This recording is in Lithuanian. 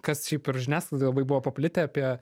kas šiaip ir žiniasklaidoj buvo paplitę apie